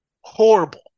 Horrible